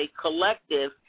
collective